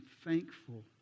thankful